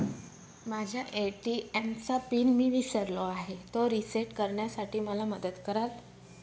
माझ्या ए.टी.एम चा पिन मी विसरलो आहे, तो रिसेट करण्यासाठी मला मदत कराल?